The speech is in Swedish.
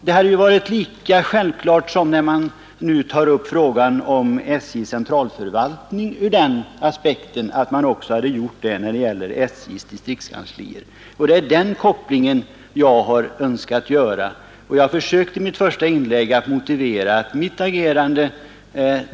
Då man nu tar upp frågan om SJ:s centralförvaltning från den aspekten, hade det varit lika självklart att man också gjort det när det gäller SJ:s distriktskanslier. Det är den kopplingen jag ansåg önskvärd. Redan i mitt första inlägg försökte jag motivera mitt agerande.